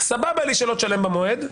סבבה לי שלא תשלם במועד,